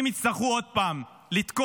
אם יצטרכו עוד פעם לתקוף,